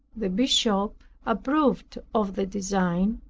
the bishop approved of the design.